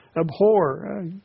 Abhor